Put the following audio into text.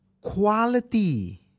Quality